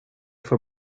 får